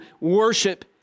worship